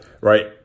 right